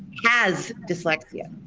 has dyslexia,